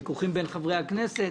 ויכוחים בין חברי הכנסת,